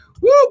Woo